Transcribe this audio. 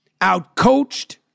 outcoached